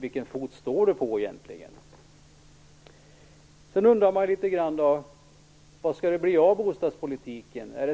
Vilken fot står